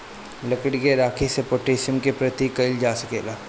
लकड़ी के राखी से पोटैशियम के पूर्ति कइल जा सकेला